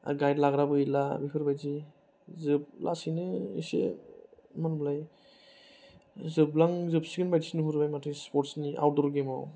आरो गाइद लाग्राबो गैला बेफोरबादि लासैनो एसे मा होनोमोनलाय जोबलांजोबसिगोन बादिसो नुहुरो माथो स्परट्सनि आउटदर गेमाव